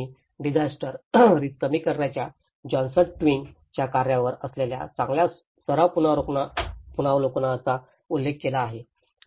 आणि मी disaster risk कमी करण्याच्या जॉन ट्विग्स च्या कार्यावर असलेल्या चांगल्या सराव पुनरावलोकनांचा उल्लेख केला आहे